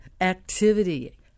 activity